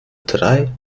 drei